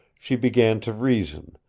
she began to reason,